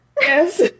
yes